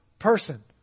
person